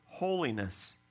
holiness